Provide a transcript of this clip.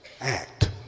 act